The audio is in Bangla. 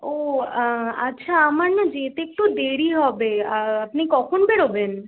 ও আচ্ছা আমার না যেতে একটু দেরি হবে আপনি কখন বেরোবেন